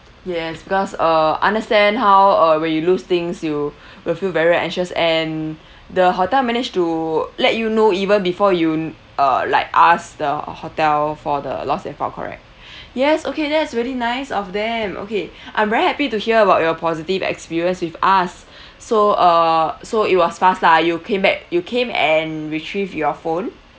yes because uh understand how uh when you lose things you will feel very very anxious and the hotel managed to let you know even before you uh like ask the hotel for the lost and found correct yes okay that's really nice of them okay I'm very happy to hear about your positive experience with us so uh so it was fast lah you came back you came and retrieve your phone